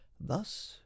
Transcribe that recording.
Thus